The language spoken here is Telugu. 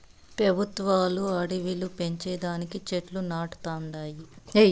పెబుత్వాలు అడివిలు పెంచే దానికి చెట్లు నాటతండాయి